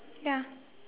ya